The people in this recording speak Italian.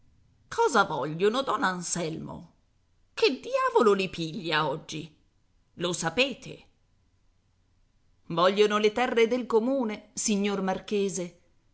cosa vogliono don anselmo che diavolo li piglia oggi lo sapete vogliono le terre del comune signor marchese